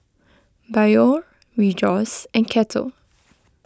Biore Rejoice and Kettle